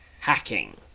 hacking